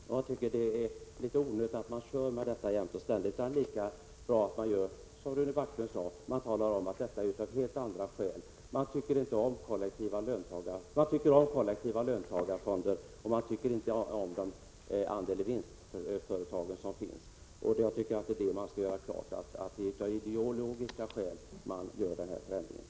Det är onödigt att jämt och ständigt tillgripa det argumentet. Det är lika bra att göra som Rune Backlund sade, nämligen att tala om att avgiftsbeläggningen skall genomföras av helt andra skäl: socialdemokraterna tycker om kollektiva löntagarfonder men tycker inte om de vinstandelssystem som finns i företagen. Man skall göra klart att det är av ideologiska skäl som den här förändringen genomförs.